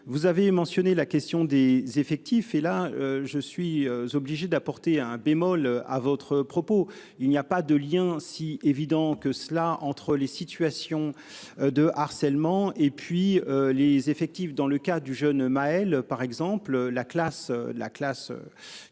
Vous avez mentionné la question des effectifs et là je suis obligé d'apporter un bémol à votre propos, il n'y a pas de lien si évident que cela entre les situations de harcèlement et puis les effectifs dans le cas du jeune Maëlle par exemple la classe,